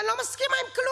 ואני לא מסכימה עם כלום,